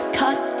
cut